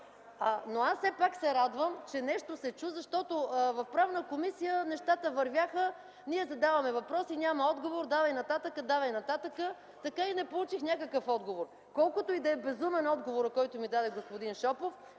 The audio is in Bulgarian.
Аз все пак се радвам, че нещо се чу, защото в Правната комисия нещата вървяха, ние задаваме въпроси, няма отговор – давай нататък, давай нататък, така и не получих някакъв отговор. Колкото и да е безумен отговорът, който ми даде господин Шопов,